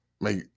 make